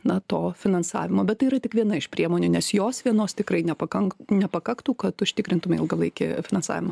na to finansavimo bet tai yra tik viena iš priemonių nes jos vienos tikrai nepakanka nepakaktų kad užtikrintume ilgalaikį finansavimą